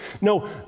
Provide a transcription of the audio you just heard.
No